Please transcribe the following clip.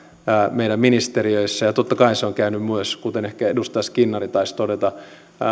meidän ministeriöissämme ja totta kai se on käynyt myös kuten ehkä edustaja skinnari taisi todeta